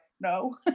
no